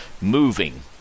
moving